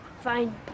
fine